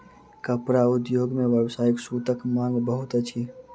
कपड़ा उद्योग मे व्यावसायिक सूतक मांग बहुत अछि